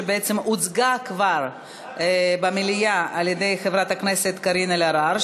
שבעצם הוצגה כבר במליאה על-ידי חברת הכנסת קארין אלהרר,